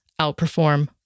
outperform